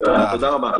תודה רבה.